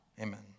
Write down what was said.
amen